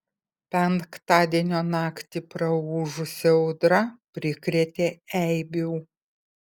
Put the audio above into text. penktadienio naktį praūžusi audra prikrėtė eibių